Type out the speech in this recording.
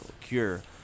cure